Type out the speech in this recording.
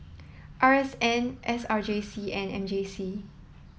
R S N S R J C and M J C